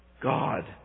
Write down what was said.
God